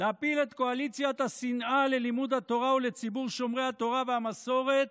להפיל את קואליציית השנאה ללימוד התורה ולציבור שומרי התורה והמסורת